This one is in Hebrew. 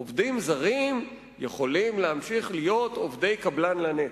עובדים זרים יכולים להמשיך להיות עובדי קבלן לנצח.